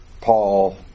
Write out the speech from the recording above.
Paul